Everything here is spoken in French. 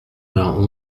vingt